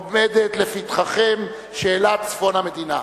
עומדת לפתחכם שאלת צפון המדינה,